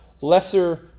lesser